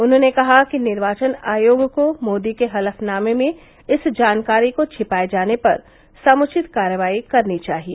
उन्होंने कहा कि निर्वाचन आयोग को मोदी के हलफनामे में इस जानकारी को छिंपाये जाने पर समुचित कार्रवाई करनी चाहिए